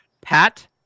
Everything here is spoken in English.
Pat